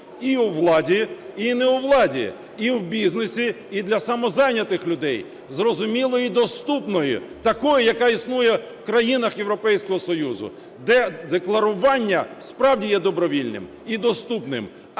і у владі, і не у владі; і в бізнесі, і для самозайнятих людей. Зрозумілої і доступної – такої, яка існує в країнах Європейського Союзу, де декларування, справді, є добровільним і доступним.